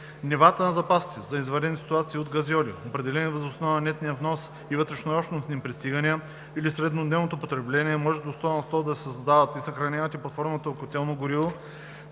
Нивата на запасите за извънредни ситуации от газьоли, определени въз основа на нетния внос и вътрешнообщностни пристигания или среднодневното потребление, може до 100 на сто да се създават и съхраняват и под формата на котелно гориво,